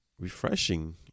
refreshing